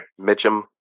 Mitchum